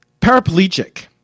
paraplegic